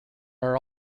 are